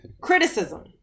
Criticism